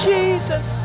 Jesus